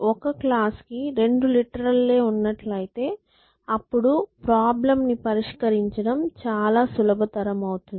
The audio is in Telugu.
ఒక క్లాజ్ కి రెండు లిటరల్ లే ఉన్నట్లయితే అప్పుడు ప్రాబ్లెమ్ ని పరిష్కరించడం చాలా సులభతరమౌతుంది